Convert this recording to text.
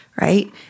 right